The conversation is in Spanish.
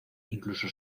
incluso